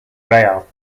real